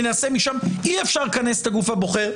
ננסה משם אי אפשר לכנס את הגוף הבוחר,